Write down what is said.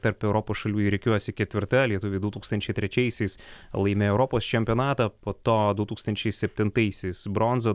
tarp europos šalių ji rikiuojasi ketvirta lietuviai du tūkstančiai trečiaisiais laimėjo europos čempionatą po to du tūkstančiai septintaisiais bronzą